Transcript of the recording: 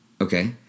Okay